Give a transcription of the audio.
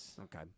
Okay